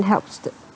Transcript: helps the